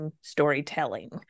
storytelling